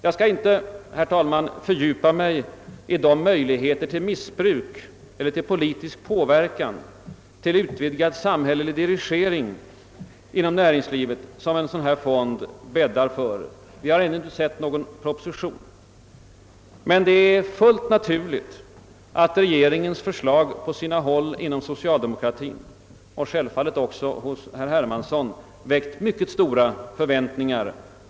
Jag skall inte, herr talman, fördjupa mig i de möjligheter till missbruk eller politisk påverkan, till utvidgad samhällelig dirigering inom näringslivet som en dylik fond bäddar för — vi har ännu inte sett någon proposition — men det är fullt naturligt att regeringens förslag på sina håll inom socialdemokratien — och självfallet också hos herr Hermansson — väckt mycket stora förväntningar.